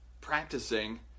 practicing